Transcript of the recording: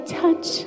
touch